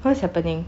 what's happening